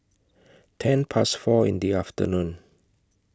ten Past four in The afternoon